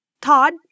Todd